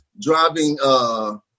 driving